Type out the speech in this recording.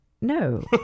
No